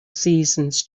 seasons